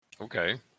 Okay